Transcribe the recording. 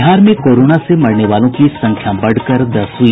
बिहार में कोरोना से मरने वालों की संख्या बढ़कर दस हुई